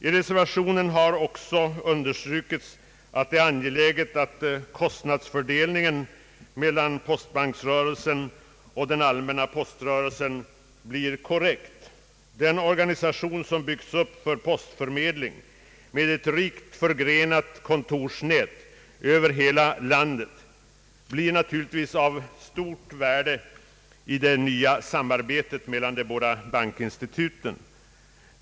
I reservationen har också understrukits att det är angeläget att kostnadsfördelningen mellan postbanksrörelsen och den allmänna poströrelsen blir korrekt. Den organisation som byggts upp för postförmedling — med ett rikt förgrenat kontorsnät över hela landet — blir naturligtvis av stort värde i det nya samarbetet mellan de båda bankinstituten.